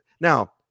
now